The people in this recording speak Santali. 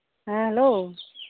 ᱦᱮᱸ ᱦᱮᱞᱳ